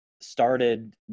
started